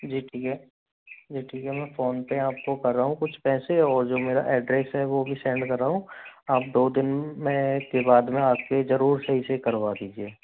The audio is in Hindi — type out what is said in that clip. जी ठीक है जी ठीक है में फ़ोन पे आपको कर रहा हूँ कुछ पैसे और जो मेरा एड्रेस है वो भी सेंड कर रहा हूँ आप दो दिन में फिर बाद में आ के जरूर सही से करवा दीजिए